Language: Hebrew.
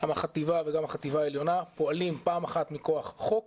גם החטיבה וגם החטיבה העליונה פועלים פעם אחת מכח חוק